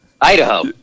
Idaho